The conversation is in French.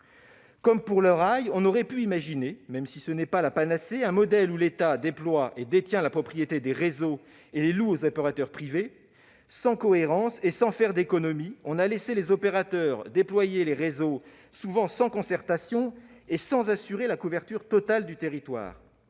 Comme pour le rail, on aurait pu imaginer, même si ce n'est pas la panacée, un modèle où l'État déploie les réseaux, en détient la propriété et les loue aux opérateurs privés. Sans cohérence et sans faire d'économie, on a laissé les opérateurs déployer les réseaux, souvent sans concertation et sans assurer la couverture totale du territoire.